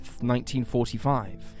1945